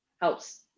helps